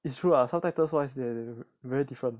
it's true lah subtitles wise they very different